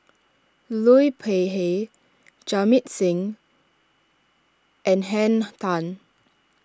Liu Peihe Jamit Singh and Henn Tan